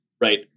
right